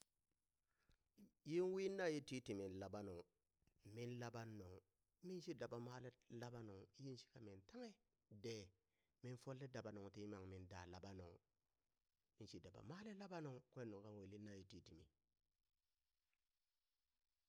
Yin wi naye titimin laɓa nung, min laɓan nung, minshi daɓa ale laɓa nung, yinshika min tanghe dee, min folle daba nung ti nyimammi daa laɓa nung, minshi daba male laɓa nung kwen nung kaŋ yin wili naye titimi.